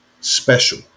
special